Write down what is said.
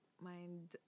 mind